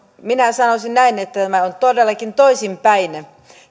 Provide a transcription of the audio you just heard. minä sanoisin näin että tämä on todellakin toisinpäin